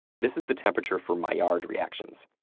this is the temperature for maillard reactions.